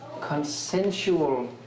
consensual